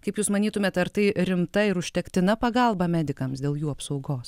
kaip jūs manytumėt ar tai rimta ir užtektina pagalba medikams dėl jų apsaugos